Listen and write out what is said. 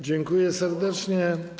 Dziękuję serdecznie.